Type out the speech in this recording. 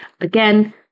again